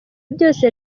byose